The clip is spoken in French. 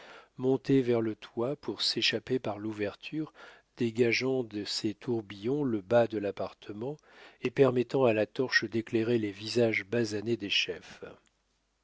vers le toit pour s'échapper par l'ouverture dégageant de ses tourbillons le bas de l'appartement et permettant à la torche d'éclairer les visages basanés des chefs